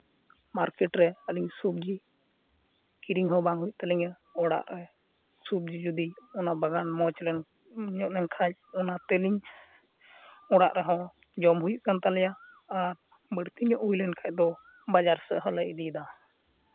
market ᱨᱮ ᱟᱹᱞᱤᱧ ᱥᱚᱵᱽᱡᱤ ᱠᱤᱨᱤᱧ ᱦᱚᱸ ᱵᱟᱝ ᱦᱩᱭᱩᱜ ᱛᱟᱞᱤᱧᱟ ᱚᱲᱟᱜ ᱨᱮ ᱥᱚᱵᱽᱡᱤ ᱡᱩᱫᱤ ᱚᱱᱟ ᱵᱟᱜᱟᱱ ᱢᱚᱡᱽ ᱞᱮᱱ ᱧᱚᱜ ᱞᱮᱱ ᱠᱷᱟᱱ ᱚᱱᱟ ᱛᱮᱞᱤᱧ ᱚᱲᱟᱜ ᱨᱮᱦᱚᱸ ᱡᱚᱢ ᱦᱩᱭᱩᱜ ᱠᱟᱱ ᱛᱟᱞᱮᱭᱟ ᱟᱨ ᱵᱟᱹᱲᱛᱤ ᱧᱚᱜ ᱦᱩᱭ ᱞᱮᱱᱠᱷᱟᱱ ᱫᱚ ᱵᱟᱡᱟᱨ ᱥᱮᱫ ᱦᱚᱸᱞᱮ ᱤᱫᱤᱭᱫᱟ